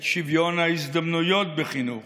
את שוויון ההזדמנויות בחינוך,